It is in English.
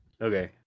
Okay